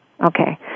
Okay